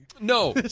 no